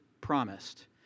promised